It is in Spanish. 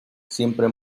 siempre